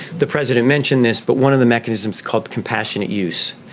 the president mentioned this, but one of the mechanisms called compassionate use.